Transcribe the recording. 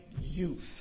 youth